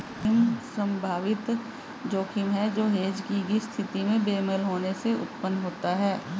आधार जोखिम संभावित जोखिम है जो हेज की गई स्थिति में बेमेल होने से उत्पन्न होता है